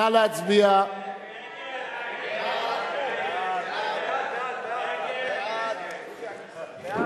ההסתייגות לחלופין א' של קבוצת סיעת קדימה לסעיף 3 לא